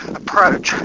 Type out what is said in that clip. approach